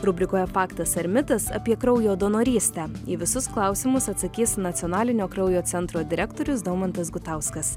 rubrikoje faktas ar mitas apie kraujo donorystę į visus klausimus atsakys nacionalinio kraujo centro direktorius daumantas gutauskas